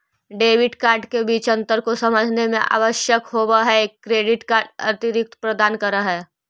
Debit card के बीच अंतर को समझे मे आवश्यक होव है क्रेडिट कार्ड अतिरिक्त प्रदान कर है?